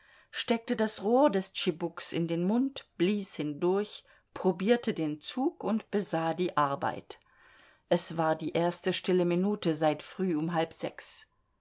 steckte das rohr des tschibuks in den mund blies hindurch probierte den zug und besah die arbeit es war die erste stille minute seit früh um halb sechs